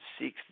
seeks